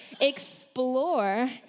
explore